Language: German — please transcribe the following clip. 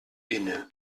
inne